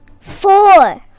Four